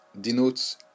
denotes